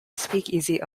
speakeasy